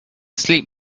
sleep